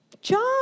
John